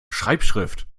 schreibschrift